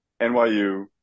NYU